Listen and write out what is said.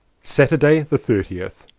saturday the thirtieth.